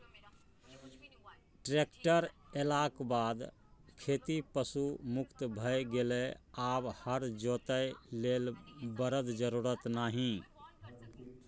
tractor एलाक बाद खेती पशु मुक्त भए गेलै आब हर जोतय लेल बरद जरुरत नहि